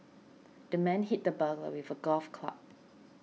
the man hit the burglar with a golf club